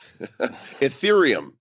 Ethereum